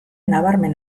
nabarmen